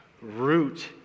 root